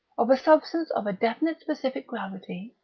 of a substance of a definite specific gravity,